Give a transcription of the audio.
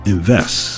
Invest